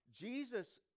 Jesus